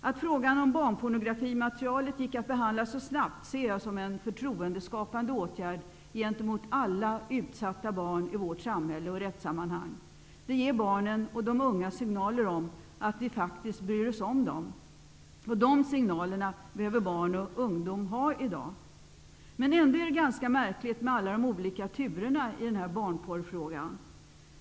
Att frågan om barnpornografimaterialet gick att behandla så snabbt ser jag som en förtroendeskapande åtgärd gentemot alla utsatta barn i vårt samhälle och i rättssammanhang. Det ger barnen och de unga signaler om att vi faktiskt bryr oss om dem, och de signalerna behöver barn och ungdom ha i dag. Men ändå är det ganska märkligt med alla de olika turerna i barnporrfrågan.